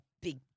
big